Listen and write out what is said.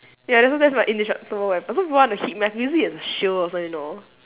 ya so that's my indestructible weapon so people want to hit must use it as a shield also you know